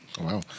Wow